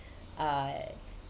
uh